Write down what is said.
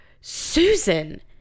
Susan